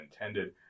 intended